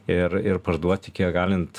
ir ir parduoti kiek galint